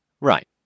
Right